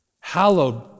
Hallowed